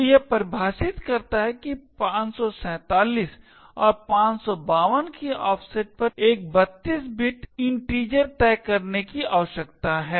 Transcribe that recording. तो यह इसे परिभाषित करता है कि 547 और 552 की ऑफसेट पर एक 32 बिट इन्टिजर तय करने की आवश्यकता है